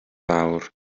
fawr